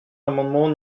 l’amendement